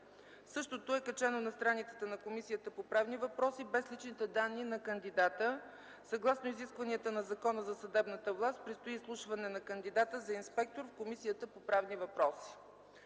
Същото е качено на страницата на Комисията по правни въпроси без личните данни на кандидата. Съгласно изискванията на Закона за съдебната власт, предстои изслушване на кандидата за инспектор в Комисията по правни въпроси.